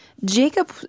Jacob